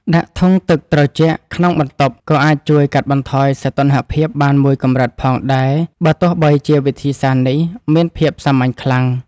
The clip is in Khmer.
ដាក់ធុងទឹកត្រជាក់ក្នុងបន្ទប់ក៏អាចជួយកាត់បន្ថយសីតុណ្ហភាពបានមួយកម្រិតផងដែរបើទោះបីជាវិធីសាស្ត្រនេះមានភាពសាមញ្ញខ្លាំង។